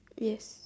yes